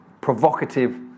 provocative